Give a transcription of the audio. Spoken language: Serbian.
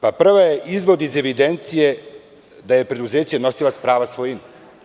Pa prva je izvod iz evidencije da je preduzeće nosilac prava svojine.